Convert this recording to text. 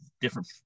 different